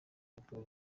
rw’u